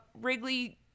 Wrigley